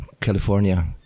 California